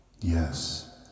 yes